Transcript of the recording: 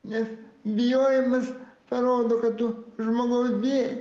nes bijojimas parodo kad tu žmogaus bijai